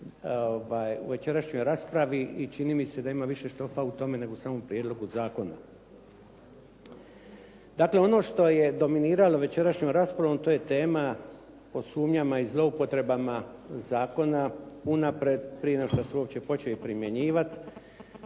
u večerašnjoj raspravi i čini mi se da ima više štofa u tome, nego u samom prijedlogu zakona. Dakle, ono što je dominiralo večerašnjom raspravom to je tema o sumnjama i zloupotrebama zakona unaprijed prije nego što se i počeo primjenjivati